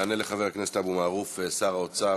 יענה לחבר הכנסת אבו מערוף שר האוצר,